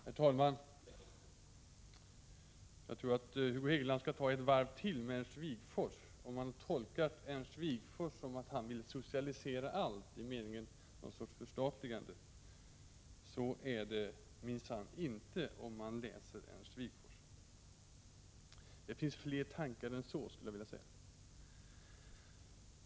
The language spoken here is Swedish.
Herr talman! Jag tror att Hugo Hegeland skall gå ett varv till med Ernst Wigforss, om Hugo Hegeland har tolkat Ernst Wigforss så, att han vill socialisera allt genom någon sorts förstatligande. Så är det minsann inte — det finner man om man läser Ernst Wigforss. Det finns fler tankar än så, skulle jag vilja säga.